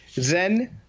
Zen